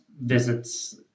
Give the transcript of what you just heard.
visits